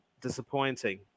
disappointing